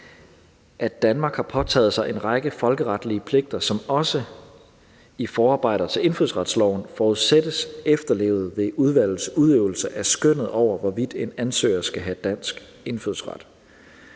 at Danmark har påtaget sig en række folkeretlige pligter, som også i forarbejder til indfødsretsloven forudsættes efterlevet ved udvalgets udøvelse af skønnet over, hvorvidt en ansøger skal have dansk indfødsret.